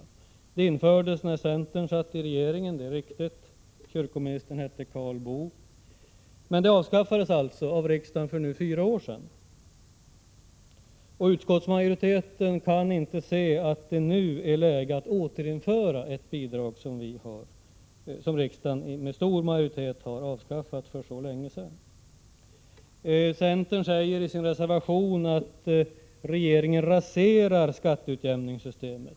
Det är riktigt att det infördes medan centern satt i regeringsställning — kyrkoministern hette då Karl Boo — men det avskaffades alltså av riksdagen för fyra år sedan. Utskottsmajoriteten kan inte se att det nu är läge för ett återinförande av ett bidrag som riksdagen med stor majoritet har avskaffat för så länge sedan. Centern säger i sin reservation att regeringen raserar skatteutjämningssystemet.